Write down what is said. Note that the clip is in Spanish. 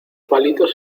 palitos